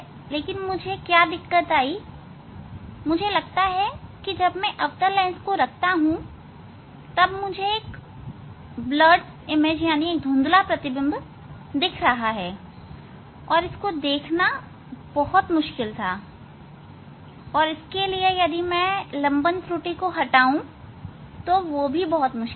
परंतु मुझे क्या दिक्कत आई मुझे लगता है कि जब मैं अवतल लेंस रखता हूं तब मुझे एक धुंधला प्रतिबिंब मिल रहा है तथा इस प्रतिबिंब को देखना बहुत मुश्किल था और लंबन त्रुटि को हटाना भी मुश्किल था